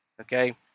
Okay